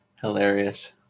hilarious